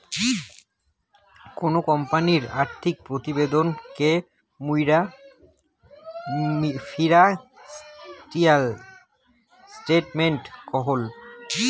কোনো কোম্পানির আর্থিক প্রতিবেদন কে মুইরা ফিনান্সিয়াল স্টেটমেন্ট কহু